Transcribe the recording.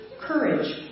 courage